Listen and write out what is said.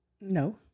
No